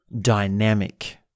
dynamic